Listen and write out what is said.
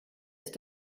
ist